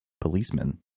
policeman